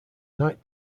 night